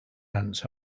ants